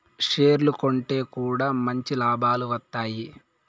షేర్లు కొంటె కూడా మంచి లాభాలు వత్తాయి